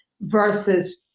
versus